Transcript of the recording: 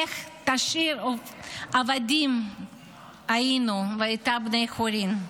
איך תשיר "עבדים היינו ועתה בני חורין"